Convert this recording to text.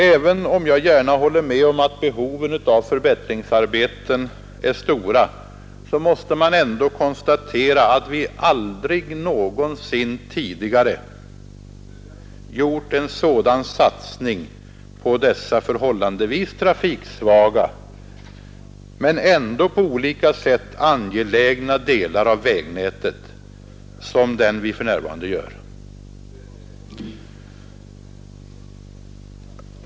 Även om jag gärna håller med om att behoven av förbättringsarbeten är stora måste man ändå konstatera att vi aldrig någonsin tidigare gjort en sådan satsning på dessa förhållandevis trafiksvaga men ändå på olika sätt angelägna delar av vägnätet som den vi för närvarande gör.